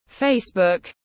facebook